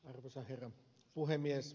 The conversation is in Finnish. arvoisa herra puhemies